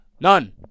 None